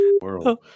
world